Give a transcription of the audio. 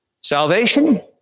Salvation